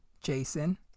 Jason